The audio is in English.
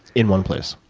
in one place.